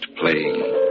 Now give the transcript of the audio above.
playing